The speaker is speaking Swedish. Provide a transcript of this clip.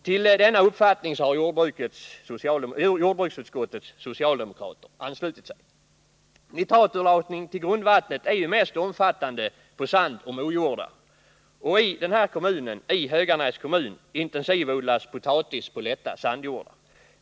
Till denna uppfattning har jordbruksutskottets socialdemokrater anslutit sig. Nitraturlakning till grundvattnet är mest omfattande på sandoch mojordar. I Höganäs kommun intensivodlas potatis på lätta sandjordar.